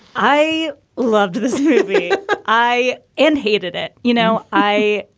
i loved this i and hated it. you know, i.